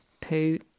poo